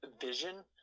vision